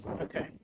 Okay